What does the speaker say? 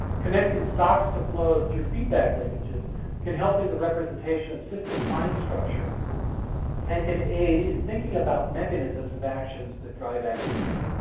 connecting stocks to flows through feedback linkages can help in the representation of system find structure and can aid in thinking about mechanisms of actions that drive activities.